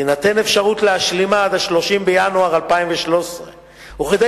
תינתן אפשרות להשלימה עד 30 בינואר 2013. כדי